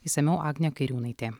išsamiau agnė kairiūnaitė